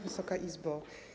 Wysoka Izbo!